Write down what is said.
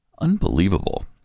Unbelievable